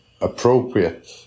appropriate